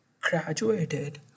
graduated